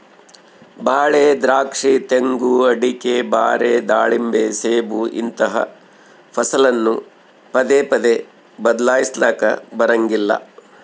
ಬಾಳೆ, ದ್ರಾಕ್ಷಿ, ತೆಂಗು, ಅಡಿಕೆ, ಬಾರೆ, ದಾಳಿಂಬೆ, ಸೇಬು ಇಂತಹ ಫಸಲನ್ನು ಪದೇ ಪದೇ ಬದ್ಲಾಯಿಸಲಾಕ ಬರಂಗಿಲ್ಲ